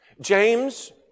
James